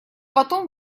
потом